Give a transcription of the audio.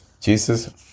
Jesus